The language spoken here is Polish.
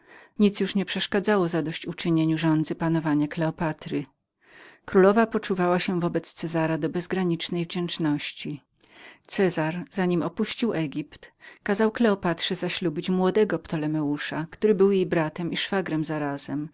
nic już nie przeszkadzało zadość uczynieniu żądzy panowania kleopatry która wywięzywała się wdzięcznością bez granic cezar zanim opuścił egipt kazał kleopatrze zaślubić młodego ptolomeusza który był jej bratem i szwagrem zarazem